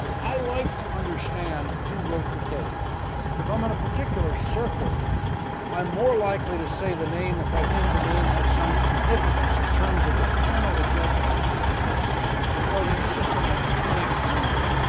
i like to understand who wrote the case if i'm in a particular circuit i'm more likely to say the name if i think the name has some significance in terms of the panel of judges to whom i'm arguing or there is just an iconic name.